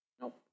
Nope